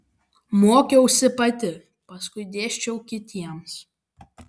mokiausi pati paskui dėsčiau kitiems